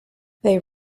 they